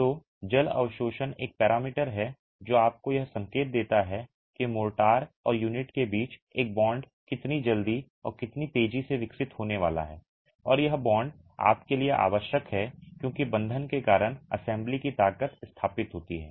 तो जल अवशोषण एक पैरामीटर है जो आपको यह संकेत देता है कि मोर्टार और यूनिट के बीच एक बॉन्ड कितनी जल्दी और कितनी तेजी से विकसित होने वाला है और यह बॉन्ड आपके लिए आवश्यक है क्योंकि बंधन के कारण असेंबली की ताकत स्थापित होती है